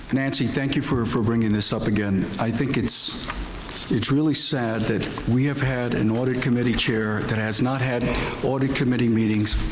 nancy, thank you for ah for bringing this up again. i think it's it's really sad that we have had an audit committee chair that has not had audit committee meetings